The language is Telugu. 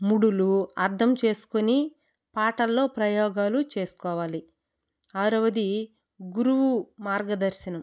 ముడులు అర్థం చేసుకొని పాటల్లో ప్రయోగాలు చేసుకోవాలి ఆరవది గురువు మార్గదర్శనం